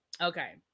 Okay